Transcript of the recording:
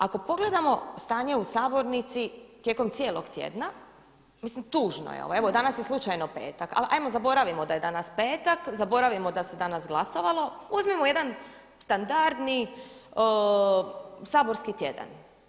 Ako pogledamo stanje u sabornici tijekom cijelog tjedna, mislim tužno je, evo danas je slučajno petak ali 'ajmo zaboravimo da je danas petak, zaboravimo da se danas glasovalo, uzmimo jedna standardni saborski tjedan.